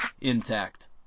intact